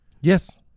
Yes